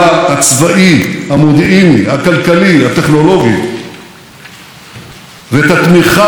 ואת התמיכה המדינית של ארצות הברית בישראל באו"ם לגבהים חדשים.